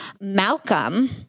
Malcolm